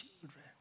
children